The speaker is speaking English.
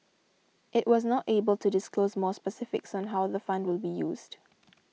it was not able to disclose more specifics on how the fund will be used